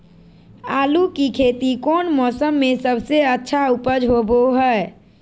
आलू की खेती कौन मौसम में सबसे अच्छा उपज होबो हय?